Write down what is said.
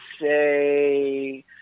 say